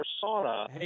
persona